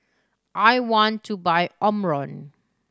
I want to buy Omron